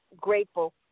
Grateful